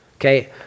Okay